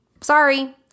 Sorry